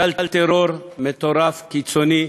גל טרור מטורף, קיצוני,